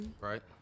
Right